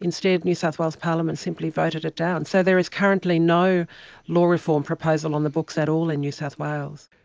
instead new south wales parliament simply voted it down. so there is currently no law reform proposal on the books at all in new south wales.